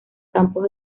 campos